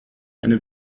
eine